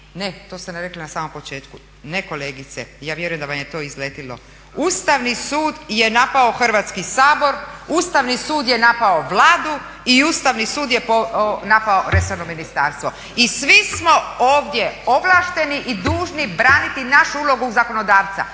Ne, to ste nam rekli na samom početku, ne kolegice, ja vjerujem da vam je to izletjelo. Ustavni sud je napao Hrvatski sabor, Ustavni sud je napao Vladu i Ustavni sud je napao resorno ministarstvo. I svi smo ovdje ovlašteni i dužni braniti našu ulogu zakonodavca.